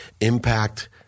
impact